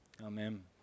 Amen